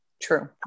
true